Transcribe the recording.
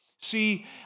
See